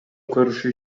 көрүшү